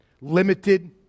limited